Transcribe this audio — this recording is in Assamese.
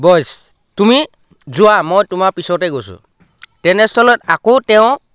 বইছ তুমি যোৱা মই তোমাৰ পিছতেই গৈছোঁ তেনেস্থলত আকৌ তেওঁ